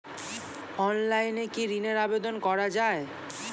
অনলাইনে কি ঋনের আবেদন করা যায়?